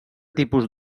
tipus